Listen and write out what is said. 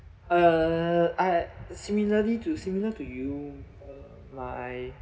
uh I uh similarly to similar to you uh my